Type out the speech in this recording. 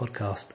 podcast